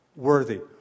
Worthy